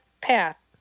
Path